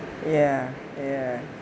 ya ya